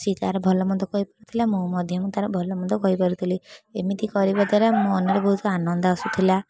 ସେ ତାର ଭଲ ମନ୍ଦ କହିପାରୁଥିଲା ମୁଁ ମଧ୍ୟ ତାର ଭଲ ମନ୍ଦ କହିପାରୁଥିଲି ଏମିତି କରିବା ଦ୍ୱାରା ମନରେ ବହୁତ ଆନନ୍ଦ ଆସୁଥିଲା